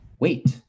Wait